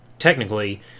technically